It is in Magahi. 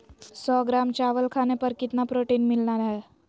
सौ ग्राम चावल खाने पर कितना प्रोटीन मिलना हैय?